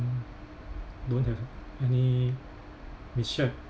don't have any mishap